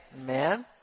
Amen